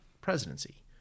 presidency